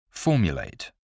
Formulate